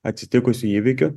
atsitikusių įvykių